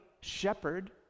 shepherd